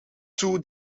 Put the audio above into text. two